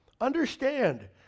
understand